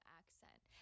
accent